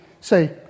say